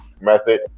method